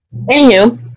Anywho